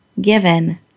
given